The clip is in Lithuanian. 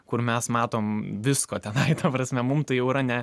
kur mes matom visko tenai ta prasme mum tai jau yra ne